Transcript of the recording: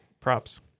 Props